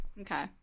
Okay